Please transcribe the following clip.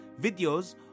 videos